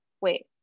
Wait